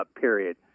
period